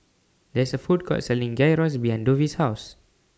There IS A Food Court Selling Gyros behind Dovie's House